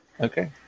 Okay